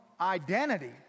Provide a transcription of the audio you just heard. identity